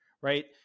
right